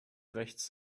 rechts